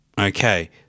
Okay